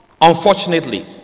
Unfortunately